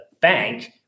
bank